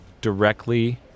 directly